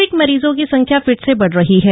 Covid मरीजों की संख्या फिर से बढ़ रही है